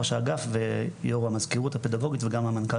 ראש האגף ויו"ר המזכירות הפדגוגית וגם המנכ"ל